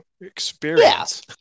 experience